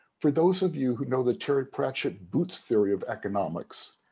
for those of you who know the terry pratchett boots theory of economics,